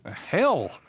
Hell